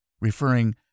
referring